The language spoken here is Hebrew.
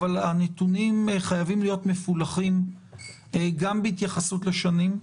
אבל הנתונים חייבים להיות מפולחים גם בהתייחסות לשנים,